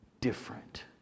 different